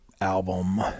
album